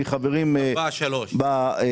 מהחברים בוועדה.